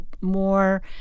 more